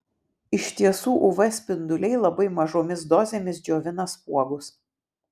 iš tiesų uv spinduliai labai mažomis dozėmis džiovina spuogus